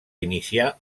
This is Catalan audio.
iniciar